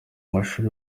mashuri